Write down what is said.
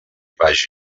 vagi